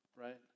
right